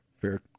fair